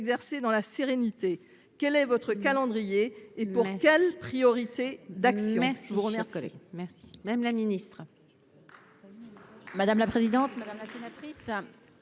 dans la sérénité, quel est votre calendrier et pour quelles priorités. D'action